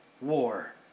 war